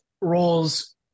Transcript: roles